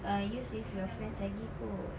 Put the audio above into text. uh used with your friends lagi kot